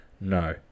No